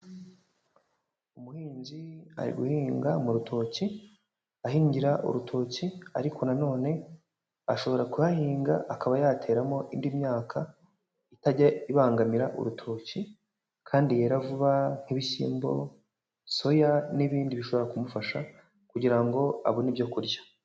Umuhinzi ari guhinga mu rutoki ahingira urutoki ariko nanone ashobora kuhahinga akaba yateramo indi myaka itajya ibangamira urutoki kandi yera vuba nk'ibishyimbo, soya n'ibindi bishobora kumufasha kugira ngo abone ibyo kurya.